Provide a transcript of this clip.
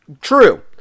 True